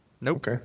Nope